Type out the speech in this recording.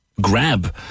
grab